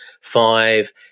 five